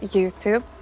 Youtube